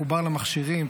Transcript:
מחובר למכשירים,